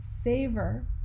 favor